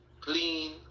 clean